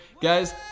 Guys